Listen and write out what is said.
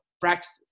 practices